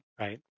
right